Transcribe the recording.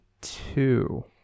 two